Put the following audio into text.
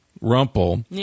rumple